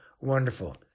wonderful